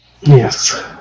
Yes